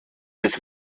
des